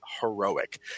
Heroic